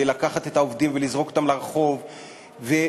ולקחת את העובדים ולזרוק אותם לרחוב וכו'.